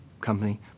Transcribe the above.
company